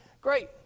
Great